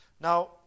Now